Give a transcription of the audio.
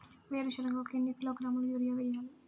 వేరుశనగకు ఎన్ని కిలోగ్రాముల యూరియా వేయాలి?